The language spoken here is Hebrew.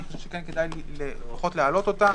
אני חושב שכדאי להעלות אותה,